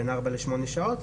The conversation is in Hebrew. בין ארבע לשמונה שעות,